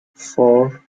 four